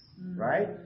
right